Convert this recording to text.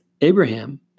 Abraham